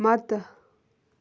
مدتہٕ